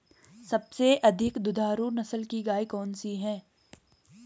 सबसे अधिक दुधारू नस्ल की गाय कौन सी है?